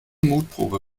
mutprobe